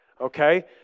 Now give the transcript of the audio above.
Okay